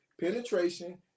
penetration